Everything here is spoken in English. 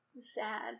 sad